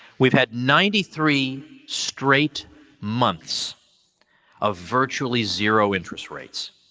we've had ninety three straight months of virtually zero interest rates.